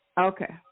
Okay